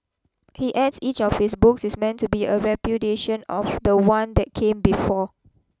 he adds each of his books is meant to be a repudiation of the one that came before